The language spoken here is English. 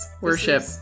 worship